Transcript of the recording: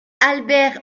albert